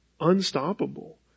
unstoppable